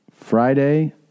Friday